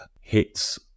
hits